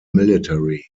military